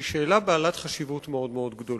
שהיא שאלה בעלת חשיבות מאוד גדולה.